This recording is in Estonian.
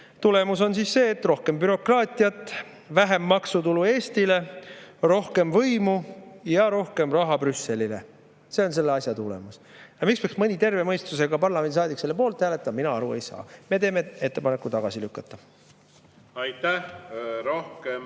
Tulemus on rohkem bürokraatiat, vähem maksutulu Eestile, rohkem võimu ja rohkem raha Brüsselile. See on selle asja tulemus. Miks peaks mõni terve mõistusega parlamendisaadik selle poolt hääletama, mina aru ei saa. Me teeme ettepaneku [eelnõu] tagasi lükata. Aitäh! Ega